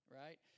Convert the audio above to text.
Right